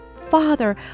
Father